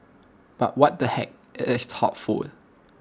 but what the heck IT is thoughtful